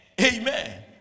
Amen